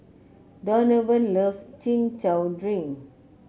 Donavan loves Chin Chow Drink